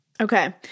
Okay